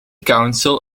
council